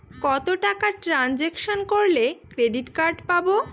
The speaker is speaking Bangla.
কত টাকা ট্রানজেকশন করলে ক্রেডিট কার্ড পাবো?